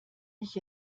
ich